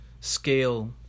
scale